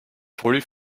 forty